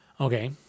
Okay